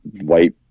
white